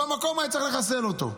במקום היה צריך לחסל אותו.